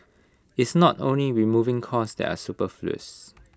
it's not only removing costs that are superfluous